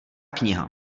kniha